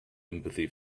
empathy